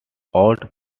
odd